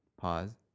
pause